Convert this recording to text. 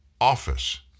office